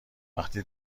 وقتی